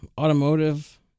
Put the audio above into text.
automotive